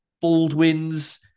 Baldwin's